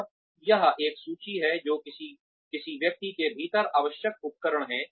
और यह एक सूची है जो किसी व्यक्ति के भीतर आवश्यक उपकरण हैं